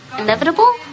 inevitable